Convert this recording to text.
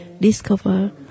discover